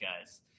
guys